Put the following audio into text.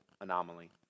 anomaly